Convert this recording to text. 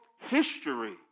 history